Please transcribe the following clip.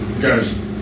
Guys